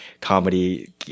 comedy